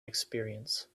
experience